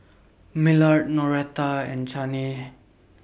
Millard Noretta and Chaney